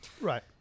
Right